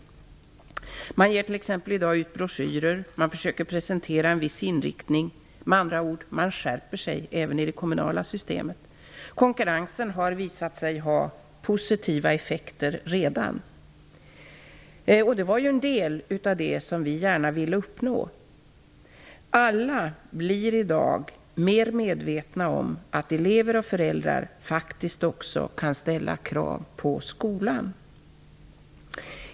Man ger t.ex. i dag ut broschyrer och försöker presentera en viss inriktning. Med andra ord: man skärper sig även i det kommunala systemet. Konkurrensen har redan visat sig ha positiva effekter. Det var en del av det som vi gärna ville uppnå. Alla blir i dag mer medvetna om att elever och föräldrar faktiskt också kan ställa krav på skolan.